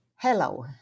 Hello